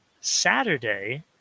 Saturday